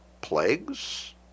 plagues